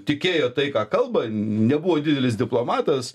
tikėjo tai ką kalba nebuvo didelis diplomatas